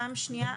פעם שנייה,